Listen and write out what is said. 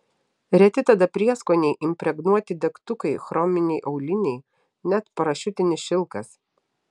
reti tada prieskoniai impregnuoti degtukai chrominiai auliniai net parašiutinis šilkas